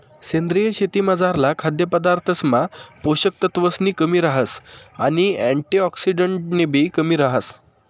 सेंद्रीय शेतीमझारला खाद्यपदार्थसमा पोषक तत्वसनी कमी रहास आणि अँटिऑक्सिडंट्सनीबी कमी रहास